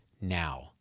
now